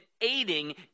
aiding